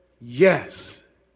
Yes